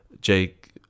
Jake